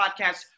podcast